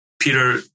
Peter